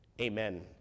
Amen